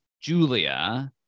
julia